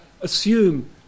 assume